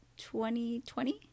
2020